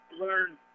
learn